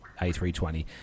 A320